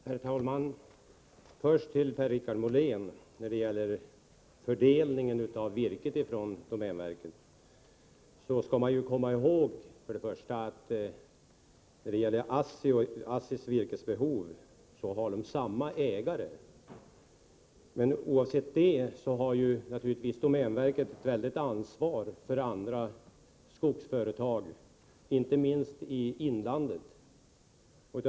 Herr talman! Först till Per-Richard Molén om fördelningen av virket från domänverket. Man skall komma ihåg att ASSI har samma ägare, men oavsett det har naturligtvis domänverket ett stort ansvar för andra skogsindustriföretag, inte minst i inlandet.